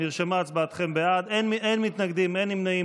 נרשמה הצבעתכם בעד, אין מתנגדים, אין נמנעים.